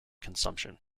consumption